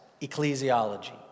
ecclesiology